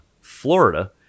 Florida